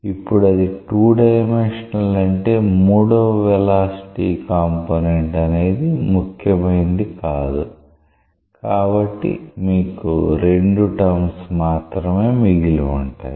ఇప్పుడు అది 2 డైమెన్షనల్ అంటే మూడవ వెలాసిటీ కాంపోనెంట్ అనేది ముఖ్యమైనది కాదు కాబట్టి మీకు 2 టర్మ్స్ మాత్రమే మిగిలి ఉంటాయి